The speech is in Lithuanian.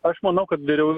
aš manau kad geriau